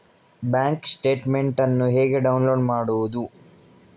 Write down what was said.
Bank statement ಅನ್ನು ಹೇಗೆ download ಮಾಡುವುದು?